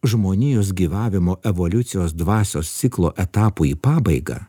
žmonijos gyvavimo evoliucijos dvasios ciklo etapui į pabaigą